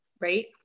right